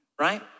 right